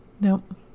Nope